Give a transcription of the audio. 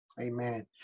amen